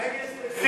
"נגב טקסטיל"